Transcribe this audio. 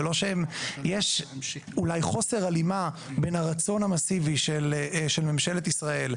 יש אולי חוסר הלימה בין הרצון המסיבי של ממשלת ישראל,